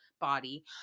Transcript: body